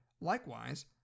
Likewise